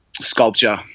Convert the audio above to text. Sculpture